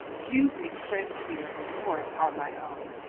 views expressed here, of course, are my own,